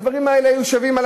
הדברים האלה היו שווים,